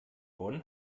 bonn